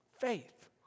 faith